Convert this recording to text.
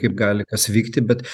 kaip gali kas vykti bet